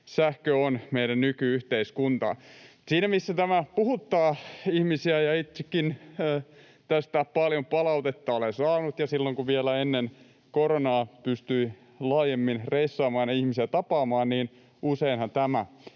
sähkö on meidän nyky-yhteiskuntaa. Siinä mielessä tämä puhuttaa ihmisiä, ja itsekin tästä paljon palautetta olen saanut, ja silloin kun vielä ennen koronaa pystyi laajemmin reissaamaan ja ihmisiä tapaamaan, niin useinhan tämä